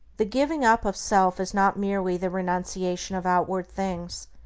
the giving up of self is not merely the renunciation of outward things.